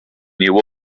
knew